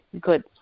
good